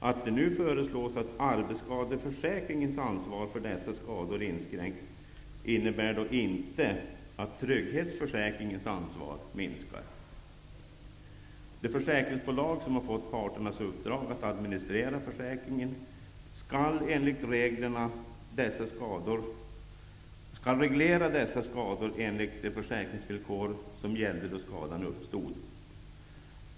Att det nu föreslås att arbetsskadeförsäkringens ansvar för dessa skador inskränks, innebär dock inte att trygghetsförsäkringens ansvar minskar. De försäkringsbolag som fått parternas uppdrag att administrera försäkringen skall reglera dessa skador enligt de försäkringsvillkor som gällde då skadan uppstod.